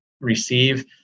receive